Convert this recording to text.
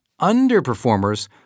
underperformers